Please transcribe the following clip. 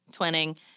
Twinning